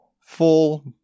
full